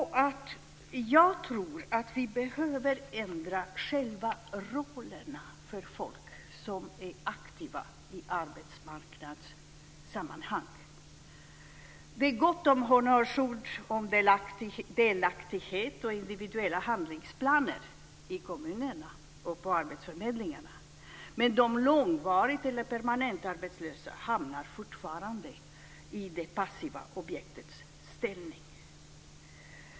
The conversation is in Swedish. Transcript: Jag tror därför att vi behöver ändra själva rollerna för folk som är aktiva i arbetsmarknadssammanhang. Det är gott om honnörsord om delaktighet och individuella handlingsplaner i kommunerna och på arbetsförmedlingarna, men de långvarigt eller permanent arbetslösa hamnar fortfarande i det passiva objektets ställning.